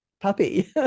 puppy